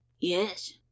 Yes